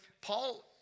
Paul